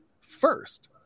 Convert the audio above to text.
First